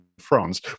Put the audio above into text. france